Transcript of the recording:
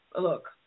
look